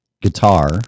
guitar